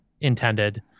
intended